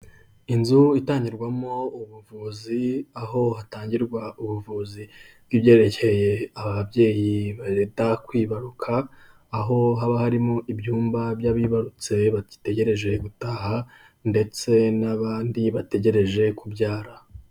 Inzu itangirwamo ubuvuzi, aho hatangirwa ubuvuzi bw'ibyerekeye ababyeyi bareta kwibaruka, aho haba harimo ibyumba by'abarutse bategereje gutaha ndetse n'abandi bategereje kubyara.